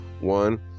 one